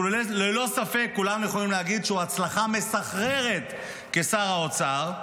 שללא ספק כולם יכולים להגיד שהוא הצלחה מסחררת כשר האוצר,